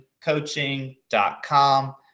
coaching.com